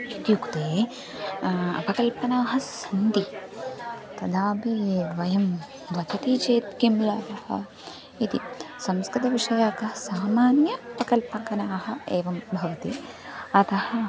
इत्युक्ते अपकल्पनाः सन्ति तदापि वयं वदति चेत् कः लाभः इति संस्कृतविषये के सामान्याः अपकल्पनाः एवं भवन्ति अतः